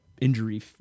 injury